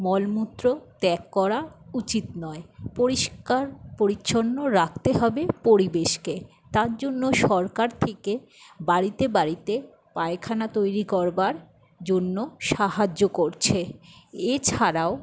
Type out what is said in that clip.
মলমূত্র ত্যাগ করা উচিত নয় পরিষ্কার পরিচ্ছন্ন রাখতে হবে পরিবেশকে তার জন্য সরকার থেকে বাড়িতে বাড়িতে পায়খানা তৈরি করবার জন্য সাহায্য করছে এছাড়াও